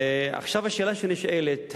השאלה שנשאלת היא,